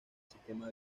sistema